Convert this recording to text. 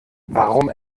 warum